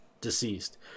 deceased